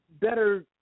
better